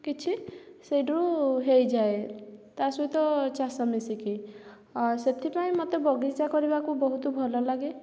କିଛି ସେଇଠୁ ହୋଇଯାଏ ତା ସହିତ ଚାଷ ମିଶିକି ସେଥିପାଇଁ ମୋତେ ବଗିଚା କରିବାକୁ ବହୁତ ଭଲ ଲାଗେ